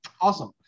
Awesome